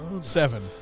Seven